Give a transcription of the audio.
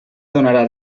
donarà